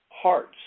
hearts